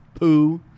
poo